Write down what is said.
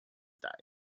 died